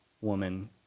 woman